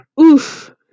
oof